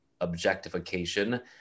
objectification